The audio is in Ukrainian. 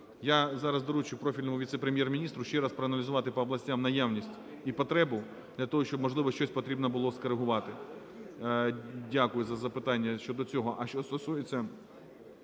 Я зараз доручу профільному віце-прем'єр-міністру ще раз проаналізувати по областям наявність і потребу для того, щоб можливо щось потрібно було скоригувати. Дякую за запитання щодо цього.